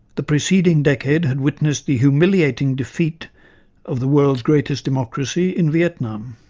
the preceding decade had witnessed the humiliating defeat of the world's greatest democracy in vietnam,